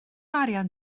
arian